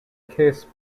kiss